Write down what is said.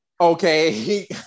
Okay